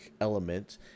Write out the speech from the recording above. element